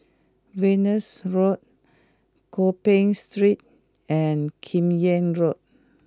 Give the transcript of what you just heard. Venus Road Gopeng Street and Kim Yam Road